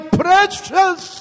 precious